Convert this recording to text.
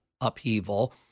upheaval